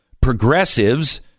Progressives